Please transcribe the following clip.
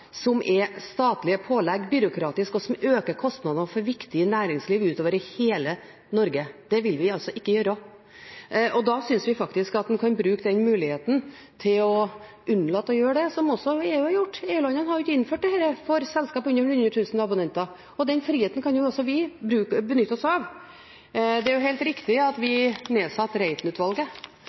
som er statlige pålegg, byråkratiske og som øker kostnadene for viktig næringsliv utover i hele Norge. Det vil vi altså ikke gjøre. Og da synes vi faktisk at en kan bruke den muligheten til å unnlate å gjøre det, som også EU har gjort – EU-landene har ikke innført dette for selskap under 100 000 abonnenter, og den friheten kan også vi benytte oss av. Det er helt riktig at vi nedsatte